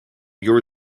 your